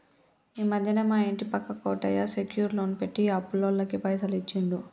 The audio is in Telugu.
ఈ మధ్యనే మా ఇంటి పక్క కోటయ్య సెక్యూర్ లోన్ పెట్టి అప్పులోళ్లకు పైసలు ఇచ్చిండు